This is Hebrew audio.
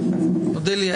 אודליה